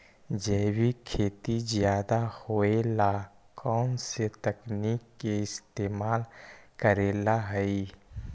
जैविक खेती ज्यादा होये ला कौन से तकनीक के इस्तेमाल करेला हई?